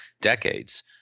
decades